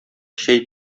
чәй